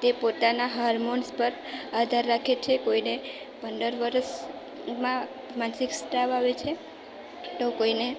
તે પોતાના હારમોન્સ પર આધાર રાખે છે કોઈને પંદર વર્ષમાં માનસિક સ્ત્રાવ આવે છે તો કોઈને